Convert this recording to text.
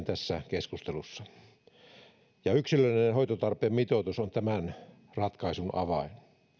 tässä keskustelussa ja yksilöllinen hoitotarpeen mitoitus on tämän ratkaisun avain